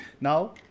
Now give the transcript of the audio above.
Now